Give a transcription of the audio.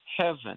heaven